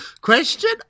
question